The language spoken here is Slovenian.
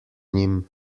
njim